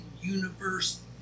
universe